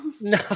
No